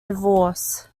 divorce